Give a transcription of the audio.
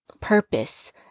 purpose